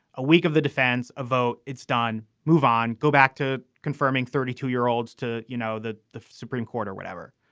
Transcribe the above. a week of the defense, a vote. it's done. move on. go back to confirming thirty two year olds to, you know, the the supreme court or whatever.